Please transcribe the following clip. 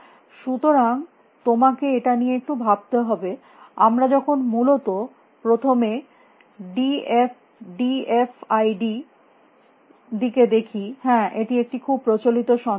সুতরাং তোমাকে এটা নিয়ে একটু ভাবতে হবে আমরা যখন মূলত প্রথমে D F D F I D র দিকে দেখি হ্যাঁ এটি একটি খুব প্রচলিত সন্দেহ থাকে